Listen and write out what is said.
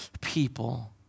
people